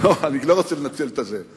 אני לא רוצה לנצל את זה.